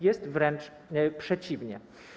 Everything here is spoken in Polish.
Jest wręcz przeciwnie.